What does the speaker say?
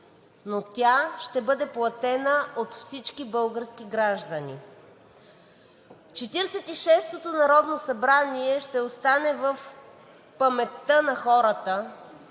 но тя ще бъде платена от всички български граждани. Четиридесет и шестото народно събрание ще остане в паметта на хората